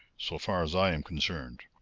so far as i am concerned.